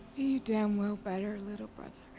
you damn well better, little brother.